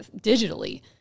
digitally